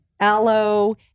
aloe